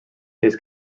his